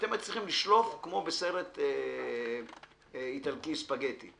אתם הייתם צריכים לשלוף כמו בסרט איטלקי ספגטי: